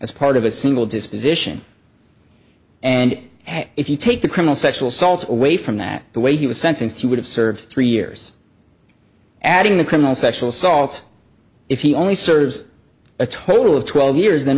as part of a single disposition and if you take the criminal sexual assault away from that the way he was sentenced he would have served three years adding the criminal sexual assault if he only serves a total of twelve years